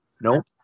Nope